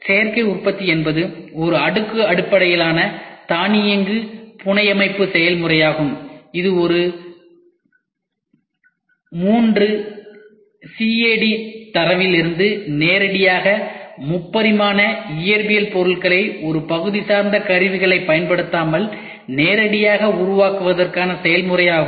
சேர்க்கை உற்பத்தி என்பது ஒரு அடுக்கு அடிப்படையிலான தானியங்கு புனையமைப்பு செயல்முறையாகும் இது ஒரு 3 CAD தரவிலிருந்து நேரடியாக முப்பரிமாண இயற்பியல் பொருள்களை ஒரு பகுதி சார்ந்த கருவிகளைப் பயன்படுத்தாமல் நேரடியாக உருவாக்குவதற்கான செயல்முறை ஆகும்